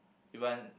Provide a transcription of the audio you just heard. even